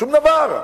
שום דבר.